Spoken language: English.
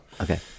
Okay